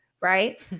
Right